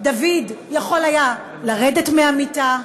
דוד יכול היה לרדת מהמיטה,